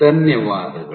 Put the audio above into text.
ಧನ್ಯವಾದಗಳು